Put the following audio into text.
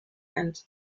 and